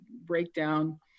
breakdown